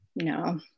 no